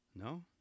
No